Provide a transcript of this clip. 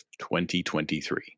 2023